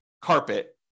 carpet